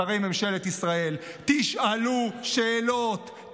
שרי ממשלת ישראל: תשאלו שאלות,